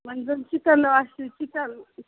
وۄنۍ زن چِکن آسہِ